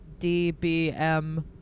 DBM